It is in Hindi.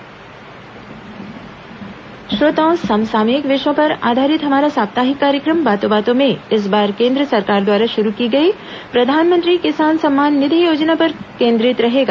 बातों बातों में समसामयिक विषयों पर आधारित हमारा साप्ताहिक कार्यक्रम बातों बातों में इस बार केंद्र सरकार द्वारा शुरू की गई प्रधानमंत्री किसान सम्मान निधि योजना पर केंद्रित रहेगा